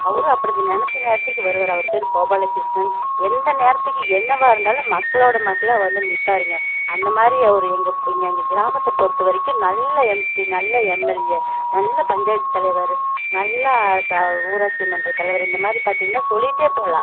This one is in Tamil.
அவரும் அப்படிதான் நெனைச்ச நேரத்திக்கு வருவார் அவர் பேர் கோபாலகிருஷ்ணன் எந்த நேரத்துக்கு என்னவாக இருந்தாலும் மக்களோடு மக்களாக வந்து நிற்பாருங்க அந்தமாதிரி அவர் எங்கள் இப்போ இங்கே எங்கள் கிராமத்தை பொறுத்த வரைக்கும் நல்ல எம்பி நல்ல எம் எல் ஏ நல்ல பஞ்சாயத்து தலைவர் நல்லா ச ஊராட்சி மன்றத் தலைவர் இந்தமாதிரி பார்த்தீங்கன்னா சொல்லிட்டே போகலாம்